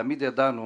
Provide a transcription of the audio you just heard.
תמיד ידענו